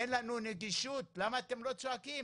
אין לנו נגישות, למה אתם לא צועקים",